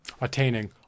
Attaining